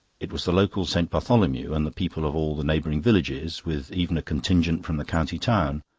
it was the local st. bartholomew, and the people of all the neighbouring villages, with even a contingent from the county town,